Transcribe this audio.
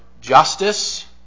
justice